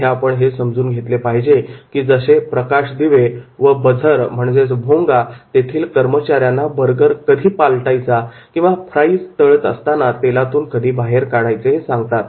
इथे आपण हे समजून घेतले पाहिजे की जसे प्रकाशदिवे व बझर भोंगा तेथील कर्मचाऱ्यांना बर्गर कधी पालटायचा किंवा फ्राईज तळत असताना तेलातून कधी बाहेर काढायचे हे सांगतात